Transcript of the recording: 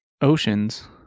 oceans